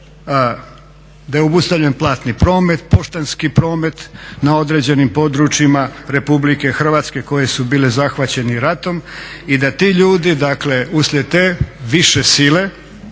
da je obustavljen platni promet, poštanski promet na određenim područjima Republike Hrvatski koje su bile zahvaćeni ratom i da ti ljudi dakle uslijed te više sile,